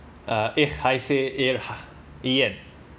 uh yan